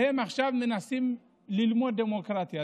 והם עכשיו מנסים ללמוד דמוקרטיה.